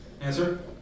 Answer